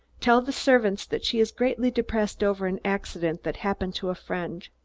tell the servants that she is greatly depressed over an accident that happened to a friend.